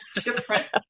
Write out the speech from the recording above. different